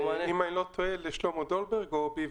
אם אני לא טועה זה שלמה דולברג או חיים ביבס.